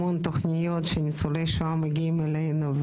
המון תוכניות שבהן ניצולי שואה מגיעים אלינו,